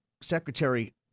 Secretary